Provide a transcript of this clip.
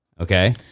Okay